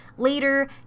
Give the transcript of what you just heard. Later